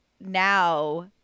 now